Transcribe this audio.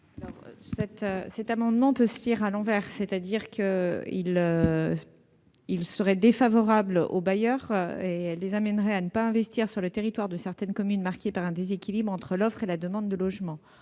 cet amendement pourrait, à l'inverse, être défavorable aux bailleurs et les conduire à ne pas investir sur le territoire de certaines communes marquées par un déséquilibre entre l'offre et la demande de logement.